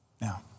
Now